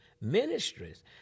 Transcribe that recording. ministries